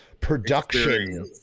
production